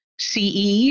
CE